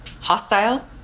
hostile